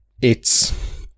It's-